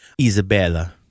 Isabella